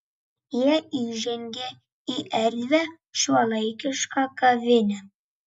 jie įžengė į erdvią šiuolaikišką kavinę